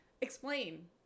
Explain